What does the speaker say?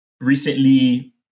recently